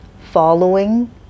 following